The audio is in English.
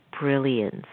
brilliance